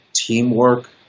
teamwork